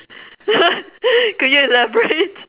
could you elaborate